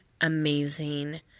amazing